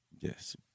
Yes